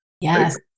yes